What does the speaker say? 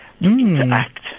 interact